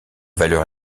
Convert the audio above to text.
valeur